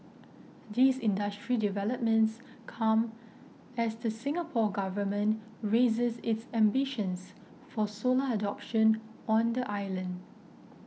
these industry developments come as the Singapore Government raises its ambitions for solar adoption on the island